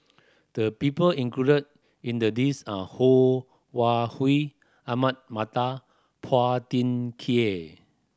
the people include in the list are Ho Wan Hui Ahmad Mattar Phua Thin Kiay